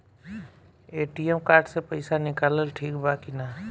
ATM card से पईसा निकालल ठीक बा की ना?